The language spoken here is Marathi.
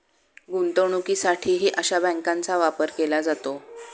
गुंतवणुकीसाठीही अशा बँकांचा वापर केला जातो